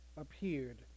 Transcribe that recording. appeared